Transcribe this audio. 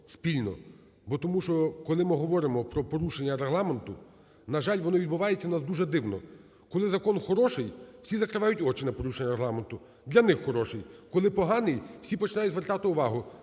потому що коли ми говоримо про порушення Регламенту, на жаль, воно відбувається у нас дуже дивно. Коли закон хороший, всі закривають очі на порушення Регламенту, для них хороший. Коли поганий, всі починають звертати увагу